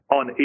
on